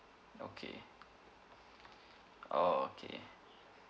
okay oh okay